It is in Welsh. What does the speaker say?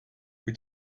wyt